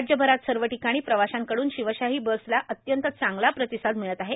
राज्यभरात सर्व ठिकाणी प्रवाशांकडून शिवशाही बसला अत्यंत चांगला प्रतिसाद मिळत आहे